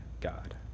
God